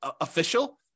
official